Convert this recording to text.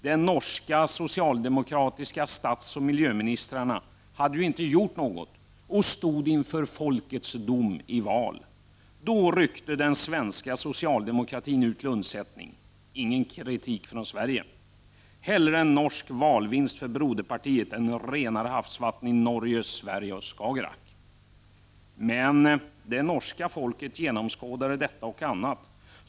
Den norska socialdemokratiska statsministern och även miljöministern hade ju inte gjort något och stod inför folkets dom i val. Då ryckte den svenska socialdemokratin ut till undsättning. Ingen kritik från Sverige. Hellre en norsk valvinst för broderpartiet än renare havsvatten vid Norge, Sverige och i Skagerrak. Men det norska folket genomskådade detta och annat.